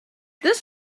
this